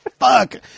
fuck